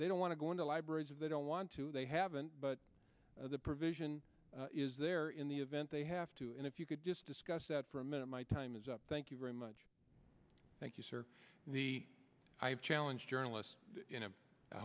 they don't want to go into libraries of they don't want to they haven't but the provision is there in the event they have to and if you could just discuss that for a minute my time is up thank you very much thank you sir the alan journalist